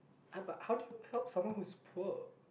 I but how do you help someone who is poor